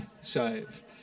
Save